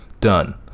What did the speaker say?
done